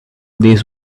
these